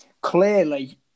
Clearly